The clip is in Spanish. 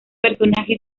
personaje